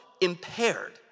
impaired